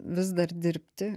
vis dar dirbti